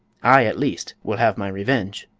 i, at least, will have my revenge.